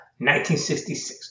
1966